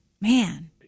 Man